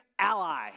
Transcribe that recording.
ally